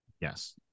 Yes